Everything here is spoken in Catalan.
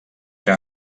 que